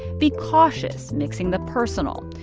be cautious mixing the personal,